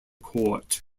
court